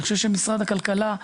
אני חושב שבמשרד הכלכלה,